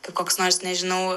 kaip koks nors nežinau